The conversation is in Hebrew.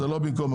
זה לא במקום,